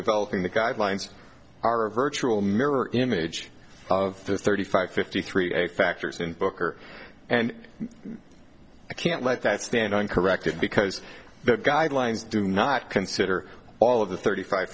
developing the guidelines are a virtual mirror image of the thirty five fifty three factors in booker and i can't let that stand corrected because the guidelines do not consider all of the thirty five